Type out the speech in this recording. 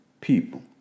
people